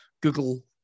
Google